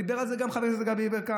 דיבר על זה גם חבר הכנסת גדי יברקן.